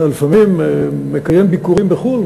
לפעמים אתה מקיים ביקורים בחו"ל,